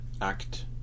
Act